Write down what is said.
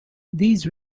these